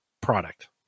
product